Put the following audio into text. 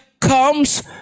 comes